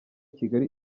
kigali